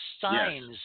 signs